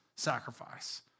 sacrifice